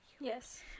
Yes